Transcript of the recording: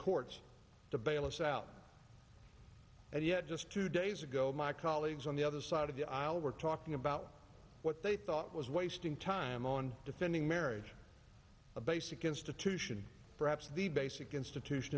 courts to bail us out and yet just two days ago my colleagues on the other side of the aisle were talking about what they thought was wasting time on defending marriage a basic institution perhaps the basic institution